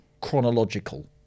chronological